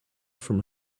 from